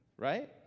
right